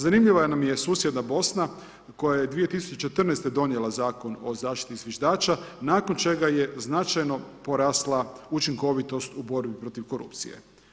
Zanimljiva nam je susjedna Bosna koja je 2014. godine donijela Zakon o zaštiti zviždača, nakon čega je značajno porasla učinkovitost u borbi protiv korupcije.